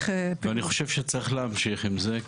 ואני חושב שצריך להמשיך עם זה.